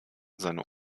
seine